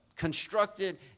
constructed